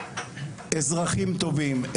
אזרחים טובים,